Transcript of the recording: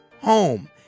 home